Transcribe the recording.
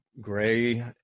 gray